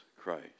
Christ